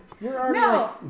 No